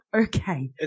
okay